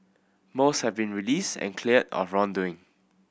most have been released and cleared of wrongdoing